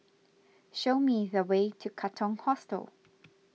show me the way to Katong Hostel